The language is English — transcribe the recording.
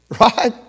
Right